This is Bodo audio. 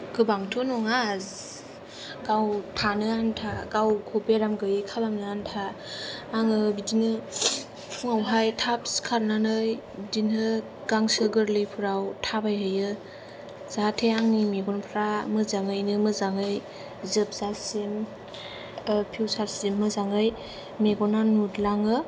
गोबांथ' नङा गाव थानो आन्था गाव बेराम गैयै खालामनो आन्था आङो बिदिनो फुंआवहाय थाब सिखारनानै बिदिनो गांसो गोर्लैफोराव थाबायहैयो जाहाथे आंनि मेगनफ्रा मोजांयैनो मोजाङै जोबजासिम फिउचारसिम मोजाङै मेगना नुलाङो